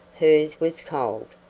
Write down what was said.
hers was cold,